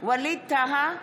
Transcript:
ווליד טאהא,